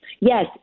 Yes